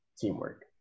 teamwork